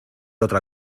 otra